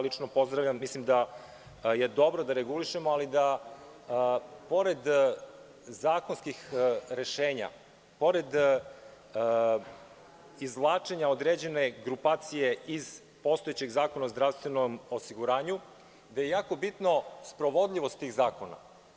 Lično pozdravljam, mislim, da je dobro da regulišemo ali da pored zakonskih rešenja, pored izvlačenja određene grupacije iz postojećeg Zakona o zdravstvenom osiguranju, gde je jako bitna sprovodljivost tih zakona.